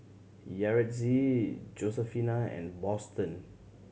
Yaretzi Josefina and Boston